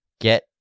get